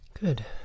Good